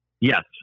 Yes